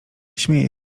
śmieje